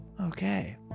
Okay